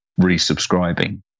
resubscribing